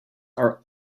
are